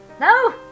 No